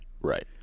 Right